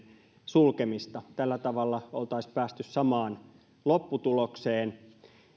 sulkemista tällä tavalla oltaisiin päästy samaan lopputulokseen